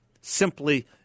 simply